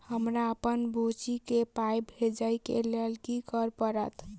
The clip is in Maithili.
हमरा अप्पन बुची केँ पाई भेजइ केँ लेल की करऽ पड़त?